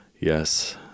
Yes